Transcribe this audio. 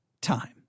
time